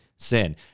Sin